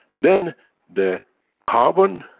then the carbon,